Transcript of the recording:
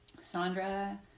Sandra